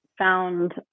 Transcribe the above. found